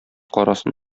карасын